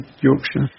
Yorkshire